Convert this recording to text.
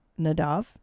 Nadav